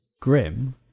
grim